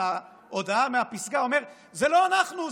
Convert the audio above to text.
על ההודעה מהפסגה: זה לא אנחנו,